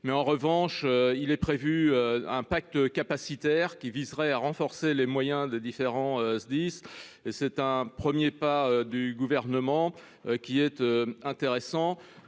En revanche, il est prévu un pacte capacitaire qui viserait à renforcer les moyens de différents Sdis. Ce premier pas du Gouvernement est intéressant,